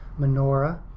menorah